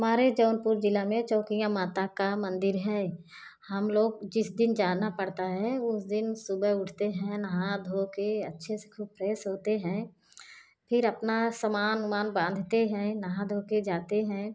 हमारे जौनपुर जिला में चौकिया माता का मंदिर है हम लोग जिस दिन जाना पड़ता है उस दिन सुबह उठते हैं नहा धो कर अच्छे से खूब फ्रेस होते हैं फिर अपना समान उमान बांधते हैं नहा धो के जाते हैं